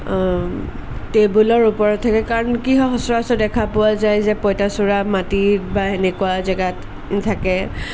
টেবুলৰ ওপৰত থাকে কাৰণ কি হয় সচৰাচৰ দেখা পোৱা যায় যে পঁইচাচোৰা মাটিত বা সেনেকুৱা জেগাত থাকে